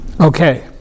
Okay